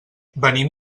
venim